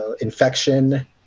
Infection